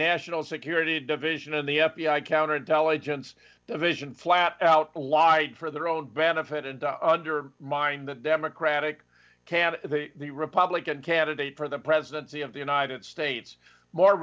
national security division and the f b i counterintelligence division flat out lied for their own benefit and under mine the democratic candidate the republican candidate for the presidency of the united states more